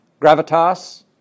gravitas